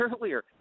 earlier